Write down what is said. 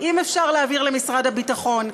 אם אפשר להעביר למשרד הביטחון,